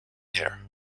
here